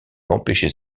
empêcher